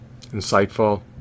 insightful